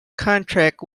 contract